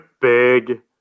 big